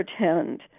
pretend